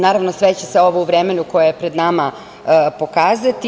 Naravno, sve će se ovo u vremenu koji je pred nama pokazati.